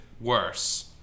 worse